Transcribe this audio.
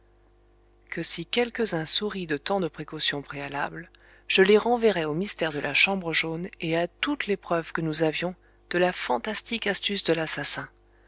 que si quelques-uns sourient de tant de précautions préalables je les renverrai au mystère de la chambre jaune et à toutes les preuves que nous avions de la fantastique astuce de l'assassin